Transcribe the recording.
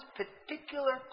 particular